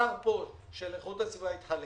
השר פה של איכות הסביבה יתחלף,